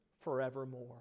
forevermore